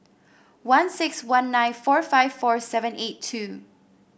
one six one nine four five four seven eight two